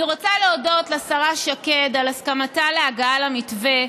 אני רוצה להודות לשרה שקד על הסכמתה להגעה למתווה,